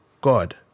God